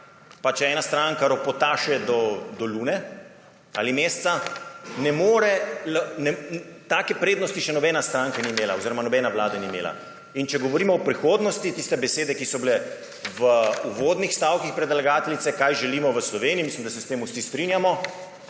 pa če ena stranka ropota do Lune ali Mesca, ne more – take prednosti še nobena stranka oziroma nobena vlada ni imela. In če govorimo o prihodnosti, tistih besedah, ki so bile v uvodnih stavkih predlagateljice, kaj želimo v Sloveniji, mislim, da se s tem vsi strinjamo,